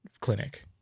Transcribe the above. clinic